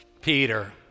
Peter